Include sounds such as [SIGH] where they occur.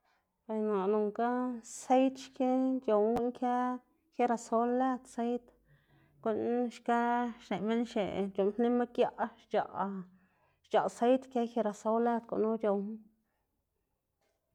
[NOISE] bay naꞌ nonga seid ki c̲h̲owná guꞌn kë girasol lëd, seid uꞌn xka xneꞌ minn c̲h̲uꞌnnpnima giaꞌ xc̲h̲aꞌ xc̲h̲aꞌ seid kë girasol lëd gunu c̲h̲owná. [NOISE]